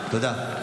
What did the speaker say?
תודה.